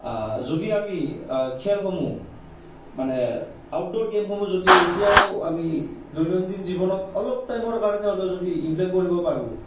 যদি আমি খেলসমূহ মানে আউটড'ৰ গে'মসমূহ যদি এতিয়াও আমি দৈনন্দিন জীৱনত অলপ টাইমৰ কাৰণে হ'লেও যদি ইমপ্লেণ্ট কৰিব পাৰোঁ